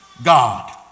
God